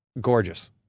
Gorgeous